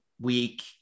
week